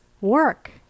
work